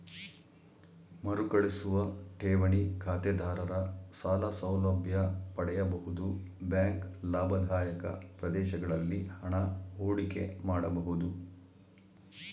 ಮರುಕಳಿಸುವ ಠೇವಣಿ ಖಾತೆದಾರರ ಸಾಲ ಸೌಲಭ್ಯ ಪಡೆಯಬಹುದು ಬ್ಯಾಂಕ್ ಲಾಭದಾಯಕ ಪ್ರದೇಶಗಳಲ್ಲಿ ಹಣ ಹೂಡಿಕೆ ಮಾಡಬಹುದು